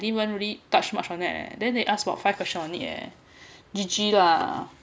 didn't really touch much on that eh then they ask for five questions only G_G lah